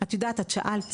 את יודעת את שאלת,